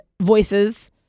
voices